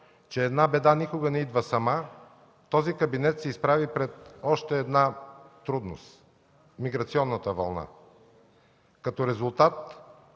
че една беда никога не идва сама, този кабинет се изправи пред още една трудност – миграционната вълна. Като резултат